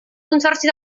consorci